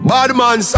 Badman